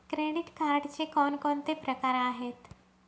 Credit कार्डचे कोणकोणते प्रकार आहेत?